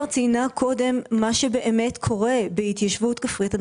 שציינה קודם מה שבאמת קורה בהתיישבות כפרית.